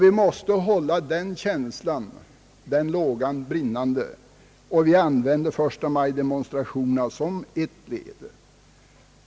Vi måste hålla den känslan levande, och vi använder 1 maj-demonstrationerna som ett medel.